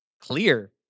clear